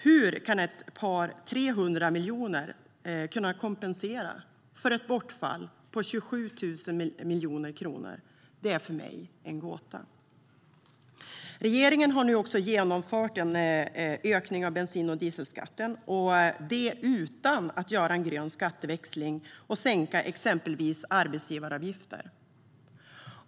Hur 300 miljoner ska kunna kompensera för ett bortfall på 27 000 miljoner är för mig en gåta. Regeringen har nu också genomfört en ökning av bensin och dieselskatten utan att göra en grön skatteväxling och sänka exempelvis arbetsgivaravgifter.